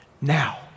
now